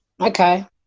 Okay